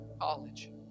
College